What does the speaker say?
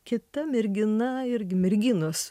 kita mergina irgi merginos